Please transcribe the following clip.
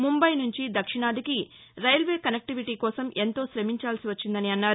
ముంబై నుంచి దక్షిణాదికి railway connectivity కోసం ఎంతో శమించాల్సి వచ్చిందన్నారు